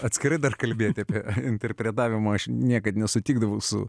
atskirai dar kalbėti apie interpretavimą aš niekad nesutikdavau su